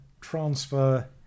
transfer